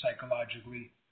psychologically